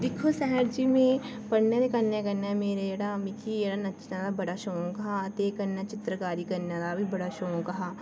दिक्खो सरला जी मिगी पढ़ने दे कन्नै कन्नै मेरे जेह्ड़ा मिकी जेह्ड़ा नच्चने दा बड़ा शौक हा ते कन्नै चित्रकारी करने दा बी बड़ा शौक हा